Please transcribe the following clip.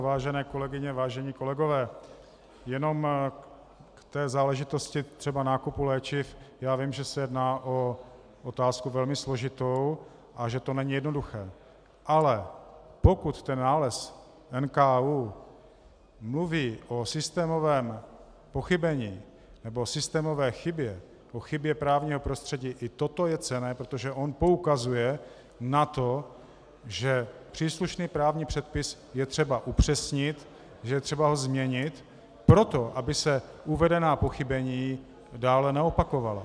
Vážené kolegyně, vážení kolegové, jenom k záležitosti třeba nákupu léčiv, vím, že se jedná o otázku velmi složitou a že to není jednoduché, ale pokud nález NKÚ mluví o systémovém pochybení, o systémové chybě, o chybě právního prostředí, i toto je cenné, protože on poukazuje na to, že příslušný právní předpis je třeba upřesnit, že je třeba ho změnit proto, aby se uvedená pochybení dále neopakovala.